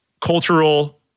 cultural